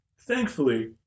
Thankfully